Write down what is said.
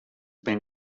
been